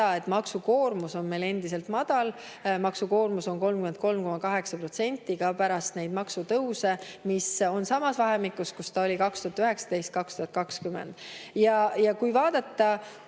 et maksukoormus on meil endiselt madal. Maksukoormus on 33,8% ka pärast neid maksutõuse, see on samas vahemikus, kus see oli 2019–2020. Muidugi,